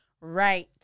Right